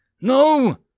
No